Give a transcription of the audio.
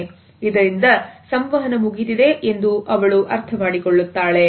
ಇದರಿಂದ ಸಂವಹನ ಮುಗಿದಿದೆ ಎಂದು ಅವಳು ಅರ್ಥಮಾಡಿಕೊಳ್ಳುತ್ತಾಳೆ